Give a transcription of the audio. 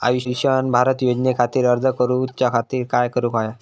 आयुष्यमान भारत योजने खातिर अर्ज करूच्या खातिर काय करुक होया?